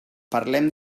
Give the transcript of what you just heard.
parlem